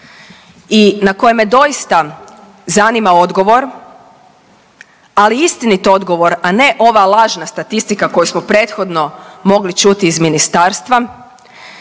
i na koje me doista zanima odgovor, ali istinit odgovor, a ne ova lažna statistika koju smo prethodno mogli čuti iz ministarstva